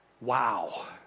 Wow